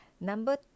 Number